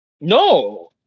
No